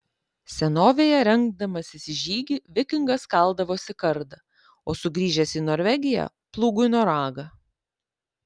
senovėje rengdamasis į žygį vikingas kaldavosi kardą o sugrįžęs į norvegiją plūgui noragą